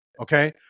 okay